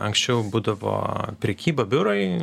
anksčiau būdavo prekyba biurai